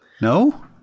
No